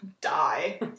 die